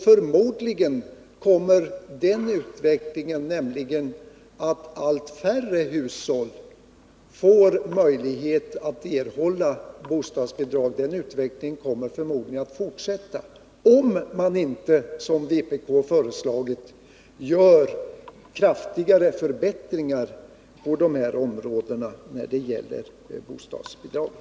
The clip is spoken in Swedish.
Förmodligen kommer utvecklingen att allt färre hushåll får möjlighet att erhålla bostadsbidrag att fortsätta, om man inte som vpk föreslagit företar kraftigare förbättringar när det gäller bostadsbidragen.